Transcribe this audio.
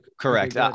Correct